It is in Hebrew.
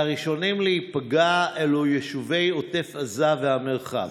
והראשונים להיפגע אלו יישובי עוטף עזה והמרחב.